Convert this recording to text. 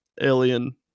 alien